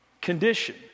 condition